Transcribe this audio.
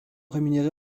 rémunérés